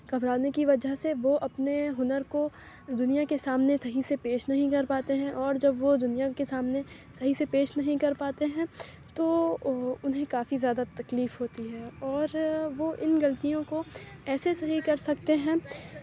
گھبرانے کی وجہ سے وہ اپنے ہنر کو دنیا کے سامنے صحیح سے پیش نہیں کر پاتے ہیں اور جب وہ دنیا کے سامنے صحیح سے پیش نہیں کر پاتے ہیں تو انہیں کافی زیادہ تکلیف ہوتی ہے اور وہ ان غلطیوں کو ایسے صحیح کر سکتے ہیں